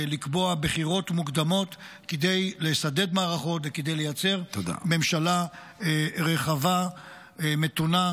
לקבוע בחירות מוקדמות כדי לשדד מערכות וכדי לייצר ממשלה רחבה ומתונה,